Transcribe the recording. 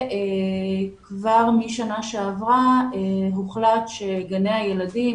כבר משנה שעברה הוחלט שלגבי גני הילדים,